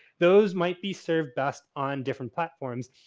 those might be served best on different platforms.